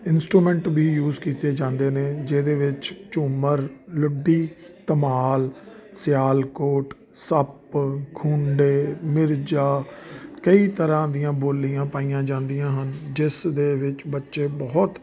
instrument ਵੀ use ਕੀਤੇ ਜਾਂਦੇ ਨੇ ਜਿਹਦੇ ਵਿੱਚ ਝੂਮਰ ਲੁੱਡੀ ਧਮਾਲ ਸਿਆਲਕੋਟ ਸੱਪ ਖੂੰਡੇ ਮਿਰਜਾ ਕਈ ਤਰ੍ਹਾਂ ਦੀਆਂ ਬੋਲੀਆਂ ਪਾਈਆਂ ਜਾਂਦੀਆਂ ਹਨ ਜਿਸ ਦੇ ਵਿੱਚ ਬੱਚੇ ਬਹੁਤ